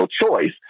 choice